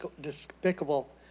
despicable